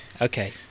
Okay